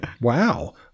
Wow